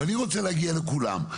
ואני רוצה להגיע לכולם,